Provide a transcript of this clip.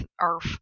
earth